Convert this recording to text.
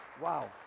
Wow